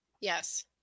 Yes